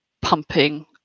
pumping